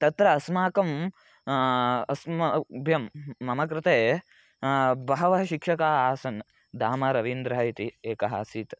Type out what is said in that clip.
तत्र अस्माकम् अस्मभ्यं मम कृते बहवः शिक्षकाः आसन् दा म रवीन्द्रः इति एकः आसीत्